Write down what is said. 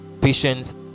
patience